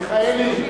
מיכאלי,